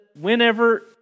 whenever